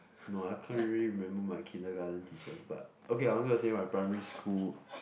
no I can't really remember my Kindergarten teachers but okay I'm gonna say my primary school